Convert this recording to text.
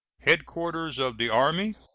headquarters of the army,